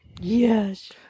Yes